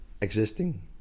existing